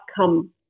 outcome